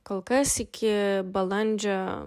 kol kas iki balandžio